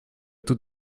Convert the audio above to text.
tout